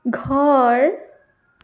ঘৰ